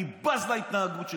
אני בז להתנהגות שלך.